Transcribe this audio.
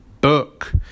book